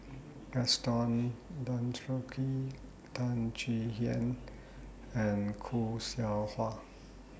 Gaston Dutronquoy Teo Chee Hean and Khoo Seow Hwa